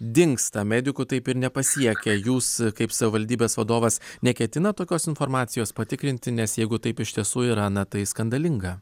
dingsta medikų taip ir nepasiekia jūs kaip savivaldybės vadovas neketinat tokios informacijos patikrinti nes jeigu taip iš tiesų yra na tai skandalinga